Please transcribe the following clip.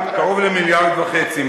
היא קרוב למיליארד וחצי,